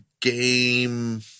Game